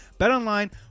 BetOnline